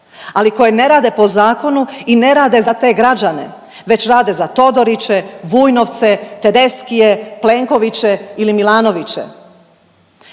ali koje ne rade po zakonu i ne rade za te građane već rade za Todoriće, Vujnovce, Tedeschije, Plenkoviće ili Milanoviće.